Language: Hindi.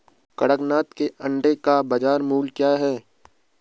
कड़कनाथ के अंडे का बाज़ार मूल्य क्या है?